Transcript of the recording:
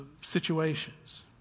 situations